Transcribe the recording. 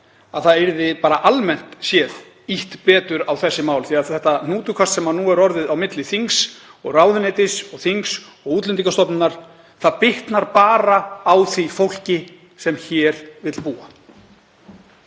að það yrði bara almennt séð ýtt betur á þessi mál því að þetta hnútukast sem nú er orðið milli þings og ráðuneytis og þings og Útlendingastofnunar bitnar bara á því fólki sem hér vill búa.